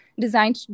designed